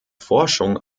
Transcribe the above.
forschung